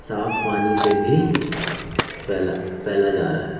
صاف پانی سے بھی پھیلا پھیلا جا رہا ہے